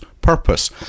purpose